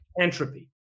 entropy